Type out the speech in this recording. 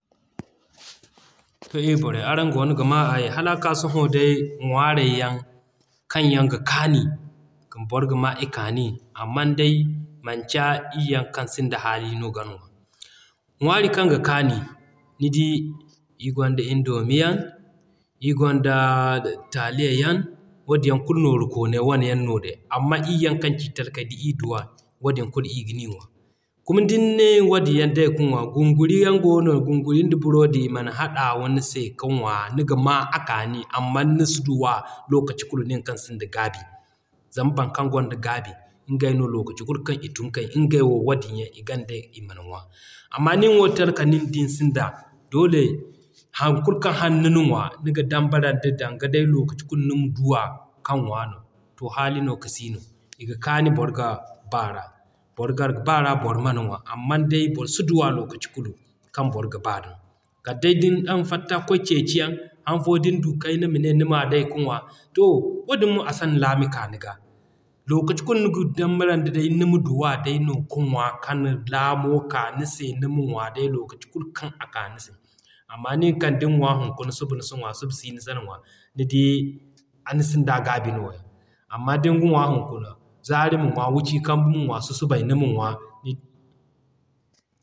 to ii borey araŋ goono ga maa aayi. Hala ka sohõ day ŋwaaray yaŋ kaŋ yaŋ ga kaani kaŋ boro ga maa i kaani amman day manci ii yaŋ kaŋ sinda alhaali yaŋ no gan ŋwa. Ŋwaari kaŋ ga kaani, nidi ii gonda indomie yaŋ, ii gonda taaliya yaŋ. Wadin yaŋ kulu nooru koonay wane yaŋ no day. Amman ii yaŋ kaŋ ci talakay da ii duwa, wadin kulu i gani ŋwa. Kuma din ne wadin yaŋ day ka ŋwa goono Gunguriyan yaŋ goono gunguri nda buroodi i man hadawa ni se kan ŋwa niga maa a kaani. Amman ni si duwa lokaci kulu nin kaŋ sinda gaabi. Zama boro kaŋ gonda gaabi ngey no lokaci kulu kaŋ i tunu kai ngey wadin yaŋ i gan day i man ŋwa amma nin wo din sinda doole haŋ kulu kaŋ hane ni ŋwa, niga dambara da danga day lokaci kulu ni ma duwa kaŋ ŋwa. To haalin no ka siino. I ga kaanu boro ga baa ra, boro ga baa ra boro mana ŋwa. Amman day boro si duwa lokaci kulu kaŋ boro ga baa ra. Kala day din araŋ fatta kwaay ceeci yaŋ, han fo din duu kayna mane ma day ka ŋwa. To wadin mo a san laami ka niga, lokaci kulu niga dambara nd'a day nima duwa ka ŋwa kan laamo ka ni se nima ŋwa day lokaci kulu kaŋ a ka ni se. Amma nin kaŋ din ŋwa hunkuna, suba ni si, suba-si nisan ŋwa. Nidi ni sinda a gaabi nooya. Amma din ŋwa hunkuna, zaari ma ŋwa, wiciri kambu ma ŋwa, susubay nima ŋwa.